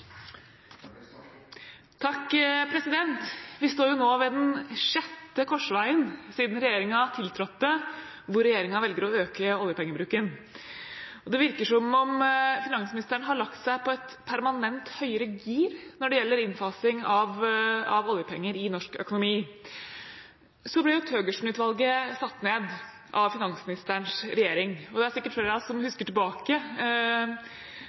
Vi står nå ved den sjette korsveien siden regjeringen tiltrådte, hvor regjeringen velger å øke oljepengebruken. Det virker som om finansministeren har lagt seg på et permanent høyere gir når det gjelder innfasing av oljepenger i norsk økonomi. Så ble Thøgersen-utvalget satt ned av finansministerens regjering, og det er sikkert flere av oss som husker tilbake